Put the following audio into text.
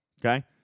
Okay